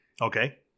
Okay